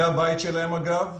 זה הבית שלהם אגב,